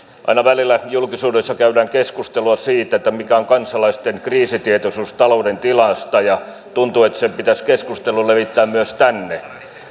aina välillä julkisuudessa käydään keskustelua siitä mikä on kansalaisten kriisitietoisuus talouden tilasta ja tuntuu että se keskustelu pitäisi levittää myös tänne